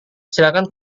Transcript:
silakan